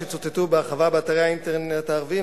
שצוטטו בהרחבה באתרי האינטרנט הערביים,